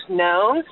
known